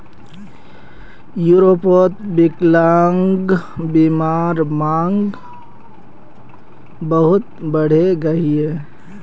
यूरोपोत विक्लान्ग्बीमार मांग बहुत बढ़े गहिये